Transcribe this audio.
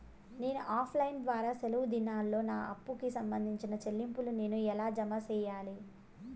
నేను offline ద్వారా సెలవు దినాల్లో నా అప్పుకి సంబంధించిన చెల్లింపులు నేను ఎలా జామ సెయ్యాలి?